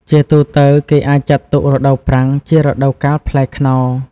ជាទូទៅ គេអាចចាត់ទុក រដូវប្រាំង ជារដូវកាលផ្លែខ្នុរ។